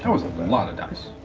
that was a lot of dice.